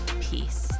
peace